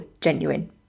genuine